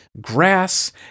grass